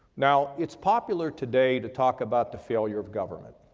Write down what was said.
now, it's popular today to talk about the failure of government.